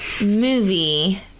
movie